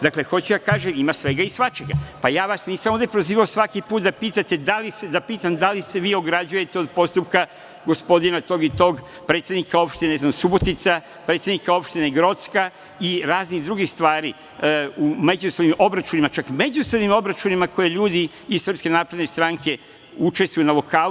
Dakle, hoću da kažem – ima svega i svačega, pa ja vas nisam ovde prozivao svaki put da pitam da li se vi ograđujete od postupka gospodina tog i tog, predsednika opštine Subotica, predsednika opštine Grocka i raznih drugih stvari u međusobnim obračunima, čak u međusobnim obračunima koje ljudi iz SNS učestvuju na lokalu.